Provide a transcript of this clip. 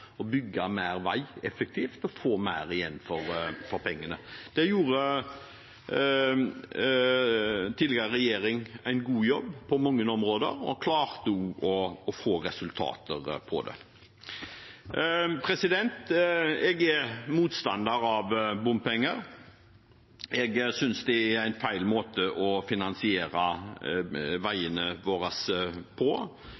å se på nye løsninger, bygge mer vei på en effektiv måte og få mer igjen for pengene. Den forrige regjeringen gjorde en god jobb på mange områder og klarte også å oppnå resultater av det. Jeg er motstander av bompenger. Jeg synes det er en feil måte å finansiere